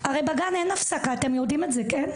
הרי בגן אין הפסקה אתם יודעים את זה כן?